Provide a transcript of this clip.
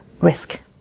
risk